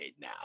now